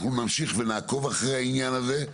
אנחנו נמשיך ונעקוב אחרי העניין הזה,